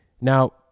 Now